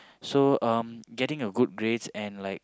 so um getting a good grade and like